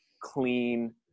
clean